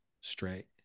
straight